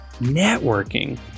networking